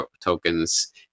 tokens